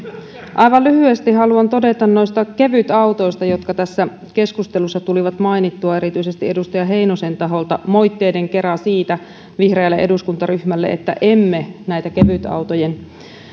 aivan lyhyesti haluan todeta noista kevytautoista jotka tässä keskustelussa tuli mainittua erityisesti edustaja heinosen taholta moitteiden kera vihreälle eduskuntaryhmälle että emme näiden kevytautojen